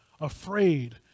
afraid